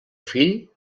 fill